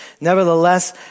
nevertheless